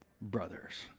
brothers